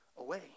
away